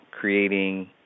creating